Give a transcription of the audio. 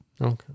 Okay